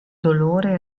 dolore